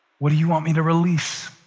what do you want me to release,